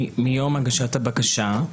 מיום הגשת הבקשה,